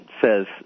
says